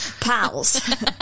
pals